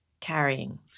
carrying